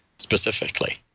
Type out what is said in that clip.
specifically